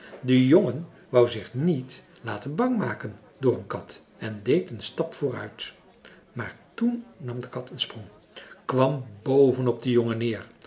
de jongen wou zich niet laten bang maken door een kat en deed een stap vooruit maar toen nam de kat een sprong kwam boven op den jongen neer